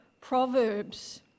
proverbs